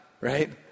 right